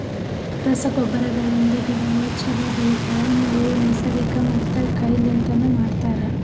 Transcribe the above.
ರಸಗೊಬ್ಬರಗಳಿಂದ್ ಗಿಡಗೋಳು ಛಲೋ ಬೆಳಿತವ, ಇವು ನೈಸರ್ಗಿಕ ಮತ್ತ ಕೈ ಲಿಂತನು ಮಾಡ್ತರ